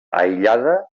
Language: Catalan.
aïllada